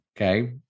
Okay